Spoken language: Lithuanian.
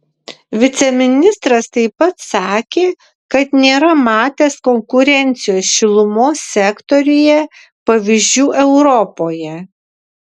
viceministras taip pat sakė kad nėra matęs konkurencijos šilumos sektoriuje pavyzdžių europoje